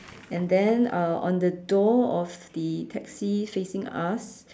and then uh on the door of the taxi facing us